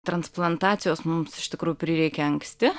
transplantacijos mums iš tikrų prireikė anksti